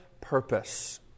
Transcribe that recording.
purpose